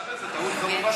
חמש דקות, אדוני.